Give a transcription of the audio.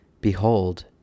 behold